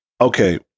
okay